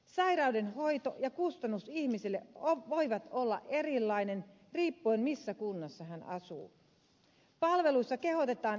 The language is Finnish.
sairauden hoito ja kustannus ihmisille voivat olla erilaisia riippuen siitä missä kunnassa he asuvat